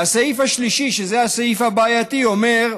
והסעיף השלישי, שזה הסעיף הבעייתי, אומר: